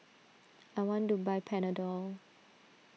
I want to buy Panadol